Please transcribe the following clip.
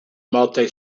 multi